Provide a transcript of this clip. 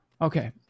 okay